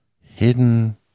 hidden